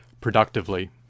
productively